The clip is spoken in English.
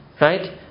Right